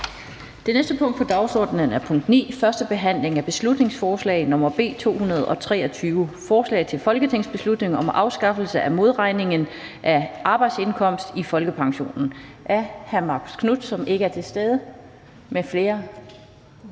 Det næste punkt på dagsordenen er: 9) 1. behandling af beslutningsforslag nr. B 223: Forslag til folketingsbeslutning om afskaffelse af modregningen af arbejdsindkomst i folkepensionen. Af Marcus Knuth (KF) m.fl.